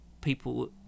people